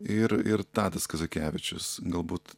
ir ir tadas kazakevičius galbūt